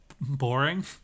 boring